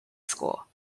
school